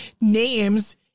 names